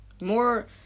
more